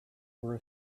were